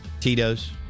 Tito's